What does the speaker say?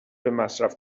مصرف